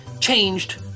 changed